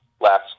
last